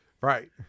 Right